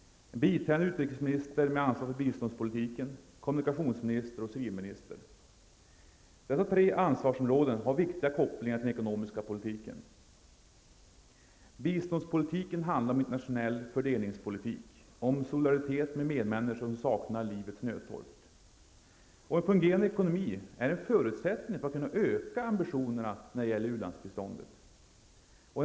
Biträdande utrikesminister med ansvar för biståndspolitiken, kommunikationsminister och civilminister. Dessa tre ansvarsområden har viktiga kopplingar till den ekonomiska politiken. Biståndspolitiken handlar om internationell fördelningspolitik, om solidaritet med människor som saknar livets nödtorft. En fungerande ekonomi är en förutsättning för att kunna öka ambitionerna när det gäller u-landsbiståndet.